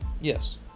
Yes